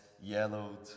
yellowed